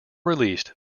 released